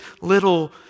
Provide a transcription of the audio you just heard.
little